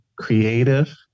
creative